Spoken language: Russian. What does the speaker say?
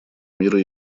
мира